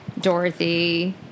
Dorothy